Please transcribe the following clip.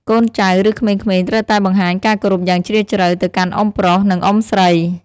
កូនចៅ ឬក្មេងៗ ត្រូវតែបង្ហាញការគោរពយ៉ាងជ្រាលជ្រៅទៅកាន់អ៊ុំប្រុស និង អ៊ុំស្រី។